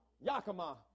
Yakima